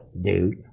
dude